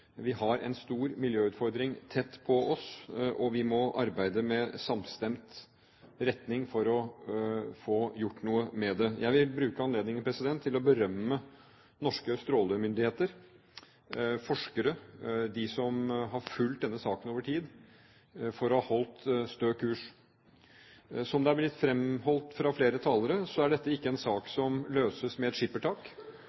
Vi har en stor miljøutfordring tett på oss, og vi må arbeide samstemt når det gjelder retning for å få gjort noe med det. Jeg vil bruke anledningen til å berømme norske strålemyndigheter, forskere og de som har fulgt denne saken over tid, for å ha holdt stø kurs. Som det er blitt fremholdt av flere talere, er ikke dette en sak